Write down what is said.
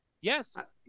Yes